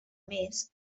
més